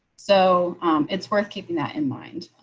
so it's worth keeping that in mind.